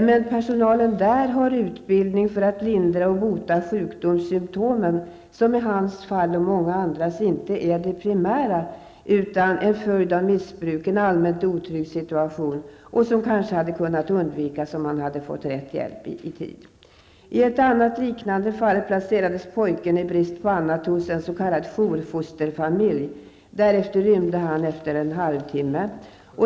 Men personalen där har utbildning för att lindra och bota sjukdomssymtom som i hans och i många andras fall inte är det primära utan en följd av missbruk, en allmänt otrygg situation som kanske hade kunnat undvikas, om han hade fått rätt hjälp i tid. I ett liknande fall placerades pojken i brist på annat hos en s.k. jourfosterfamilj. Därifrån rymde han efter en halvtimme.